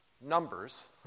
numbers